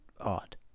odd